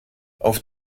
auf